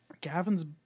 Gavin's